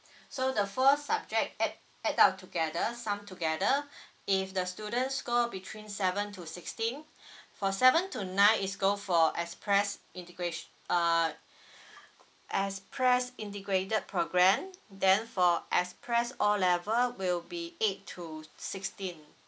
so the first subject add add up together sum together if the student score between seven to sixteen for seven to nine is go for express integratio~ uh express integrated programme then for express O level will be eight to sixteen